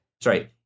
sorry